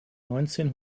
neunzehn